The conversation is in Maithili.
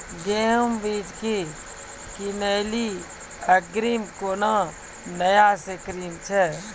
गेहूँ बीज की किनैली अग्रिम कोनो नया स्कीम छ?